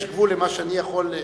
יש גבול למה שאני יכול,